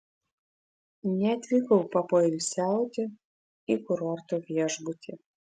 neatvykau papoilsiauti į kurorto viešbutį